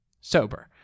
Sober